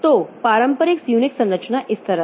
तो पारंपरिक यूनिक्स संरचना इस तरह है